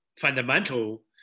fundamental